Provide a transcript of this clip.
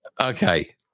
okay